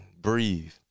breathe